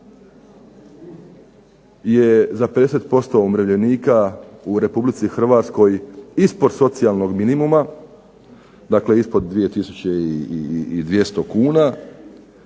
je za 50% umirovljenika u Republici Hrvatskoj ispod socijalnog minimuma ispod 2200 kuna,